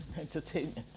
entertainment